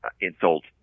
insult